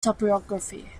topography